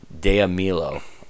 DeAmilo